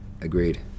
agreed